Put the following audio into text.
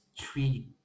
three